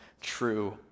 true